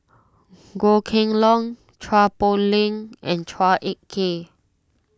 Goh Kheng Long Chua Poh Leng and Chua Ek Kay